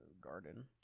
Garden